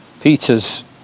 Peter's